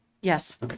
Yes